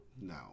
No